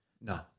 No